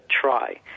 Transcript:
try